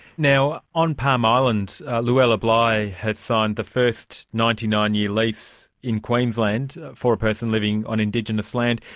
now, on palm island luella bligh has signed the first ninety nine year lease in queensland for a person living on indigenous land.